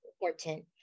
important